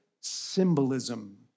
symbolism